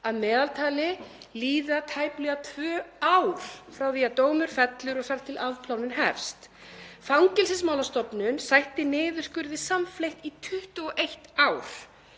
Að meðaltali líða tæplega tvö ár frá því að dómur fellur og þar til afplánun hefst. Fangelsismálastofnun sætti niðurskurði samfleytt í 21 ár.